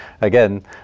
again